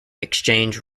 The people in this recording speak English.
exchange